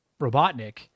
Robotnik